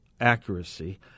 accuracy